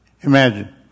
Imagine